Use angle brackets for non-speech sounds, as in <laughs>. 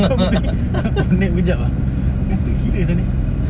<laughs> power nap kejap ah ngantuk gila apa sal ni